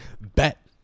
bet